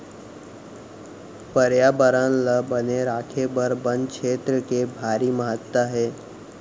परयाबरन ल बने राखे बर बन छेत्र के भारी महत्ता हे